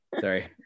sorry